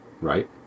right